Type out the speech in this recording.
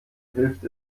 hilft